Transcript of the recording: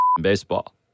baseball